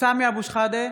סמי אבו שחאדה,